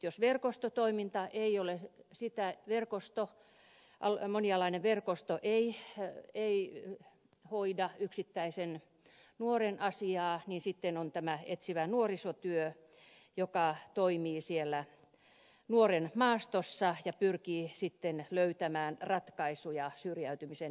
jos verkostotoiminta ei ole sitä jos monialainen verkosto ei hoida yksittäisen nuoren asiaa niin sitten on tämä etsivä nuorisotyö joka toimii siellä nuoren maastossa ja pyrkii sitten löytämään ratkaisuja syrjäytymisen ehkäisemiseksi